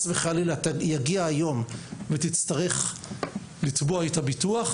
וחלילה יגיע היום ותצטרך לתבוע את הביטוח,